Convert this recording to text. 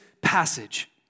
passage